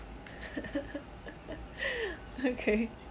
okay